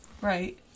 right